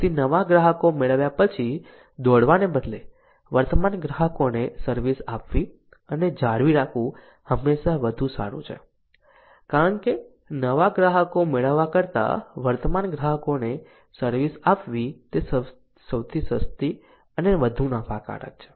તેથી નવા ગ્રાહકો મેળવ્યા પછી દોડવાને બદલે વર્તમાન ગ્રાહકોને સર્વિસ આપવી અને જાળવી રાખવું હંમેશા વધુ સારું છે કારણ કે નવા ગ્રાહકો મેળવવા કરતાં વર્તમાન ગ્રાહકોને સર્વિસ આપવી તે સસ્તી અને વધુ નફાકારક છે